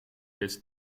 bit